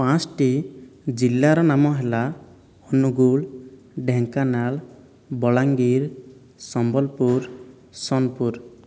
ପାଞ୍ଚଟି ଜିଲ୍ଲାର ନାମ ହେଲା ଅନୁଗୁଳ ଢେଙ୍କାନାଳ ବଲାଙ୍ଗୀର ସମ୍ବଲପୁର ସୋନପୁର